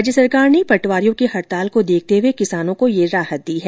राज्य सरकार ने पटवारियों की हड़ताल को देखते हुए किसानों को ये राहत दी है